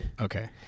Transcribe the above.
Okay